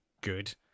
good